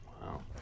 Wow